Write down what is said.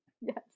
Yes